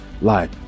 life